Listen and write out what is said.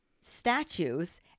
statues